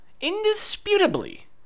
indisputably